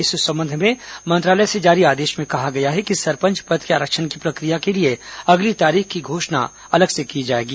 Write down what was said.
इस संबंध में मंत्रालय से जारी आदेश में कहा गया है कि सरपंच पद के आरक्षण की प्रक्रिया के लिए अगली तारीख की घोषणा अलग से की जाएगी